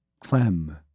Clem